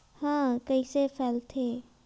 ह कइसे फैलथे?